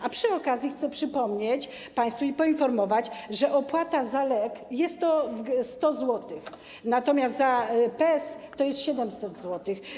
A przy okazji chcę przypomnieć państwu i poinformować, że opłata za LEK jest to 100 zł, natomiast za PES to jest 700 zł.